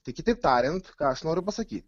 tai kitaip tariant ką aš noriu pasakyt